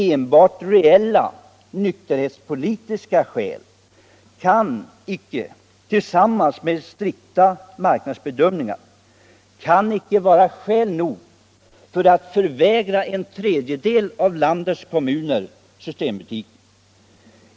Enbart reella nykterhetspolitiska skäl tillsammans med strikta marknadsbedömningar kan inte vara skäl nog för att förvägra en tredjedel av landets kommuner systembutiker.